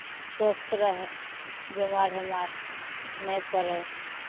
स्वस्थ रहय बिमार उमार नहि पड़य